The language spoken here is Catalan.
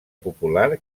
popular